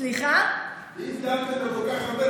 אם דאגתם לכל כך הרבה,